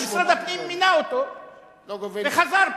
משרד הפנים מינה אותו וחזר בו.